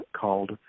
called